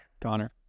Connor